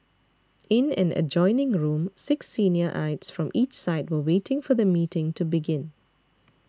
in an adjoining room six senior aides from each side were waiting for the meeting to begin